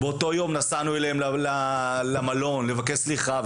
באותו יום נסענו אליהם למלון לבקש סליחה,